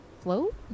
float